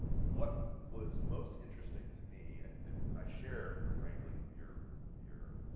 what was most interesting to me, and and i share, frankly, your your